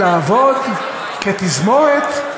את המצב, כל השרים צריכים לעבוד כתזמורת,